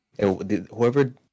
Whoever